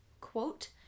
quote